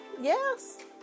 Yes